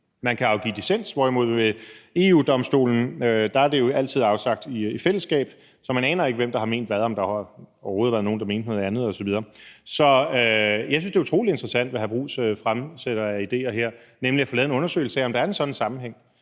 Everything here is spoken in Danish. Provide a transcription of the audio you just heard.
Man kan afgive dissens, hvorimod i EU-Domstolen er det jo altid afsagt i fællesskab, så man aner ikke, hvem der har ment hvad, og om der overhovedet har været nogen, der mente noget andet osv. Så jeg synes, det er utrolig interessant, hvad hr. Jeppe Bruus fremsætter af idéer her, nemlig at få lavet en undersøgelse af, om der er en sådan sammenhæng.